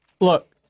Look